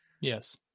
Yes